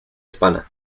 hispana